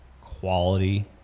quality